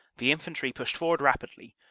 the infantry pushed forward rapidly,